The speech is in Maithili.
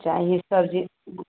चाही सब्जी